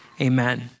Amen